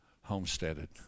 homesteaded